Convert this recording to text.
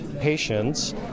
patients